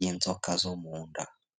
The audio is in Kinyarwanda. y'inzoka zo mu nda.